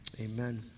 amen